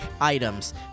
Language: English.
items